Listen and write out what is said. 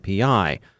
API